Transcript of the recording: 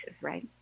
right